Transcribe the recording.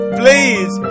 please